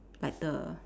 like the